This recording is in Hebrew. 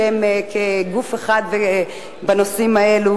שהם כגוף אחד בנושאים האלה,